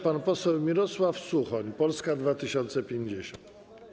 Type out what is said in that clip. Pan poseł Mirosław Suchoń, Polska 2050.